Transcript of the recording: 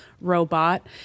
robot